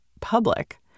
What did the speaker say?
public